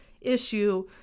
issue